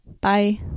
bye